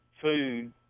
food